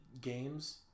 games